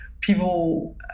people